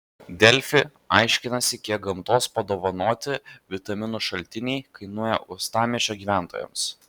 delfi aiškinasi kiek gamtos padovanoti vitaminų šaltiniai kainuoja uostamiesčio gyventojams